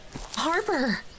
Harper